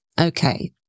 Okay